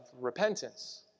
repentance